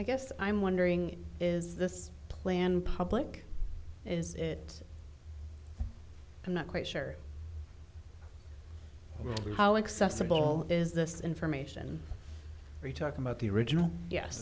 i guess i'm wondering is this plan public is it i'm not quite sure how accessible is this information are you talking about the original yes